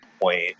point